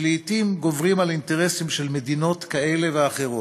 שלעתים גוברים על אינטרסים של מדינות כאלה ואחרות?